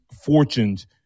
fortunes